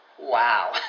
wow